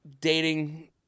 Dating